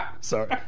Sorry